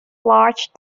large